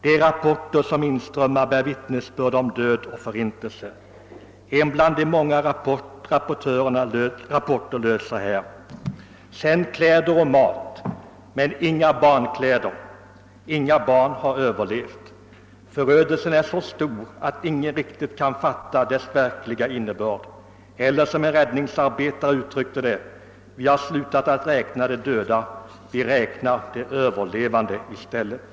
De rapporter som inströmmat bär vittnesbörd om död och förintelse. En av dessa rapporter löd så här: Sänd kläder och mat men inga barnkläder. Inga barn har överlevt. Förödelsen är så stor att ingen riktigt kan fatta dess verkliga omfattning. En räddningsarbetare uttryckte det så: Vi har slutat att räkna de döda; vi räknar de överlevande i stället.